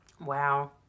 Wow